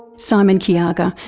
simon kyaga,